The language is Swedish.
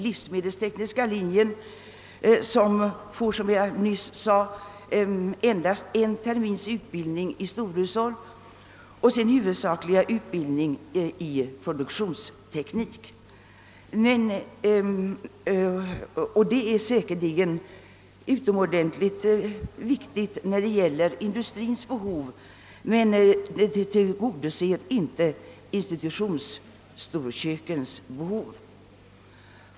livsmedelstekniska linjen omfattar, som jag nyss sade, endast en termins undervisning i storhushåll, och den huvudsakligaste utbildningen ligger i produktionsteknik. Det är säkerligen utomordentligt viktigt när det gäller industrins behov, men det tillgodoser inte institutionsstorkökens behov.